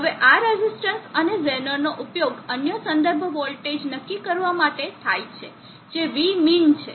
હવે આ રેઝિસ્ટન્સ અને ઝેનરનો ઉપયોગ અન્ય સંદર્ભ વોલ્ટેજ નક્કી કરવા માટે થાય છે જે vmin છે